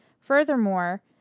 Furthermore